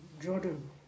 Jordan